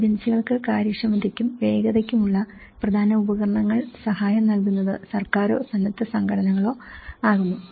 ഏജൻസികൾക്ക് കാര്യക്ഷമതയ്ക്കും വേഗതയ്ക്കുമുള്ള പ്രധാന ഉപകരണങ്ങൾ സഹായം നൽകുന്നത് സർക്കാരോ സന്നദ്ധ സംഘടനകളോ ആകുന്നു